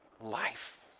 life